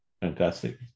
Fantastic